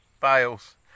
bales